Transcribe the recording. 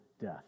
death